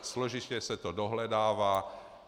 Složitě se to dohledává.